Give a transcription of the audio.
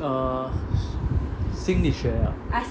err 心理学啊 (uh huh)